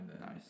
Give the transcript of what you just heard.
Nice